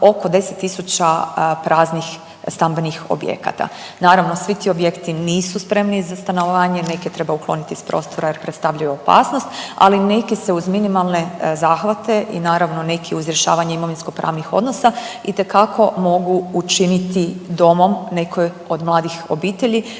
oko 10 tisuća praznih stambenih objekata. Naravno, svi ti objekti nisu spremni za stanovanje, neke treba ukloniti s prostora jer predstavljaju opasnost, ali neke se uz minimalne zahvate i naravno, neki uz rješavanje imovinskopravnih odnosa itekako mogu učiniti domom nekoj od mladih obitelji